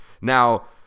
Now